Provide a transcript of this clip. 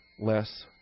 less